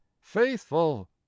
faithful